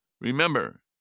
Remember